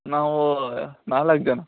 ನಾವು ನಾಲ್ಕು ಜನ